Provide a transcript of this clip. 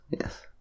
yes